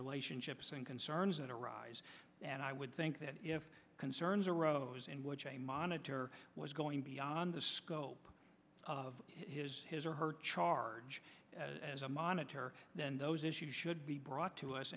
relationships and concerns that arise and i would think that if concerns arose in which a monitor was going beyond the scope of his his or her charge as a monitor then those issues should be brought to